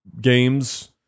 games